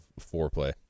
foreplay